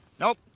no,